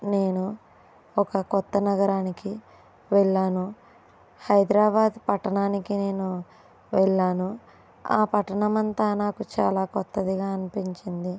నేను ఒక కోత్త నగరానికి వెళ్ళాను హైదరాబాదు పట్టణానికి నేను వెళ్ళాను ఆ పట్టణమంతా నాకు చాలా కొత్తదిగా అనిపించింది